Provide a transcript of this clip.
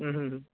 ಹ್ಞೂ ಹ್ಞೂ ಹ್ಞೂ